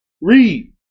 Read